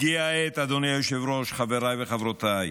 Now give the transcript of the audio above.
אדוני היושב-ראש, חבריי וחברותיי,